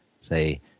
say